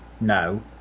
no